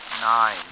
Nine